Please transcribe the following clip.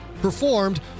performed